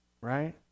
Right